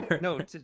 No